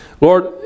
Lord